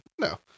no